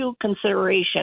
consideration